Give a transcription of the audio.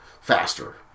faster